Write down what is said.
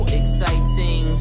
exciting